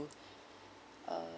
uh